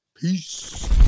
peace